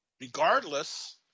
regardless